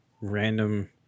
random